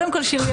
זה כמובן